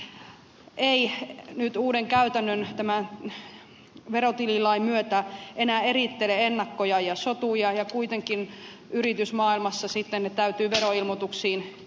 ei nyt uuden käytännön eli tämän verotililain myötä enää erittele ennakkoja ja sotuja ja kuitenkin yritysmaailmassa ne täytyy veroilmoituksiin eritellä